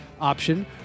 option